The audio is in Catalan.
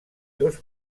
dos